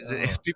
People